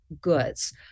goods